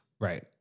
Right